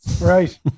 Right